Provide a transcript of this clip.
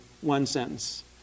one-sentence